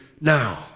now